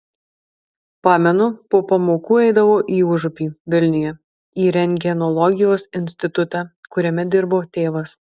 pamenu po pamokų eidavau į užupį vilniuje į rentgenologijos institutą kuriame dirbo tėvas